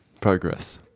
progress